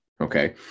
okay